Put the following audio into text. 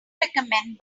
recommend